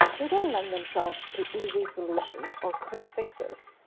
they don't lend themselves to easy solutions or quick fixes.